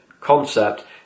concept